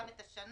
גם את השנה.